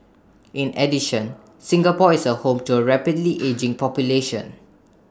in addition Singapore is home to A rapidly ageing population